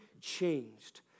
changed